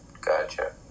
Gotcha